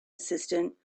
assistant